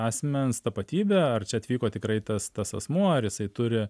asmens tapatybę ar čia atvyko tikrai tas tas asmuo ar jisai turi